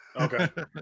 Okay